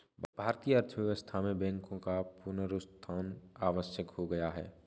भारतीय अर्थव्यवस्था में बैंकों का पुनरुत्थान आवश्यक हो गया है